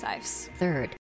Third